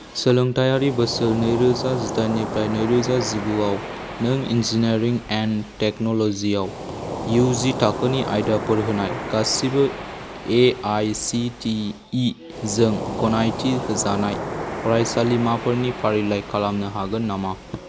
सोलोंथायारि बोसोर नैरोजा जिदाइननिफ्राय नैरोजा जिगुआव नों इनजिनियारिं एण्ड टेक्न'ल'जि आव इउजि थाखोनि आयदाफोर होनाय गासैबो एआइसिटिइ जों गनायथि होजानाय फरायसालिमाफोरनि फारिलाइ खालामनो हागोन नामा